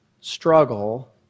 Struggle